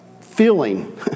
feeling